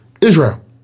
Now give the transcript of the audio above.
Israel